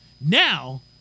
Now